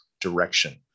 direction